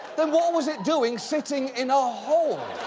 then what was it doing sitting in a hole?